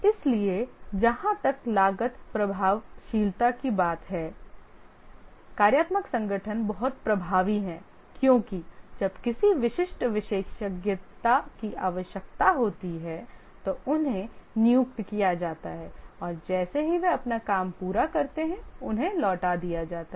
इसलिए जहां तक लागत प्रभावशीलता की बात है कार्यात्मक संगठन बहुत प्रभावी है क्योंकि जब किसी विशिष्ट विशेषज्ञता की आवश्यकता होती है तो उन्हें नियुक्त किया जाता है और जैसे ही वे अपना काम पूरा करते हैं उन्हें लौटा दिया जाता है